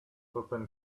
open